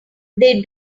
they